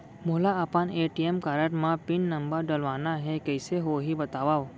मोला अपन ATM card म पिन नंबर डलवाना हे कइसे होही बतावव?